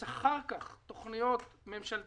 יש אחר כך תוכניות ממשלתיות,